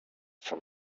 from